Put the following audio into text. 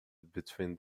between